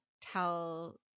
tell